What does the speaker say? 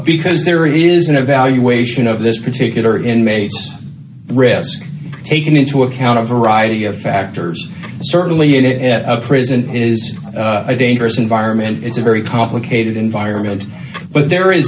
because there is an evaluation of this particular in may risk taking into account of variety of factors certainly it at present is a dangerous environment it's a very complicated environment but there is